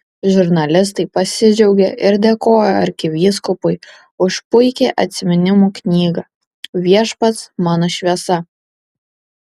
žurnalistai pasidžiaugė ir dėkojo arkivyskupui už puikią atsiminimų knygą viešpats mano šviesa